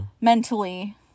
mentally